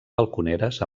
balconeres